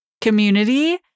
community